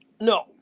No